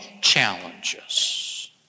challenges